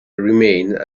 remained